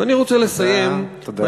ואני רוצה לסיים, תודה, תודה.